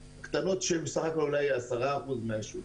הקטנות, סך הכול הן אולי 10% מהשוק.